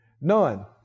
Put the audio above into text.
None